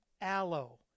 aloe